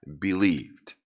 believed